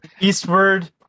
Eastward